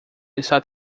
está